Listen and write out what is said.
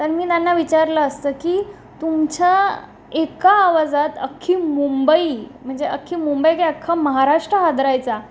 तर मी त्यांना विचारलं असतं की तुमचं एका आवाजात अख्खी मुंबई म्हणजे अख्खी मुंबई काय अख्खा महाराष्ट्र हादरायचा